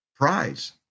Prize